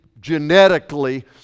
genetically